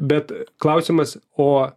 bet klausimas o